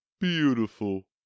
Beautiful